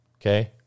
Okay